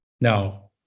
Now